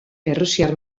errusiar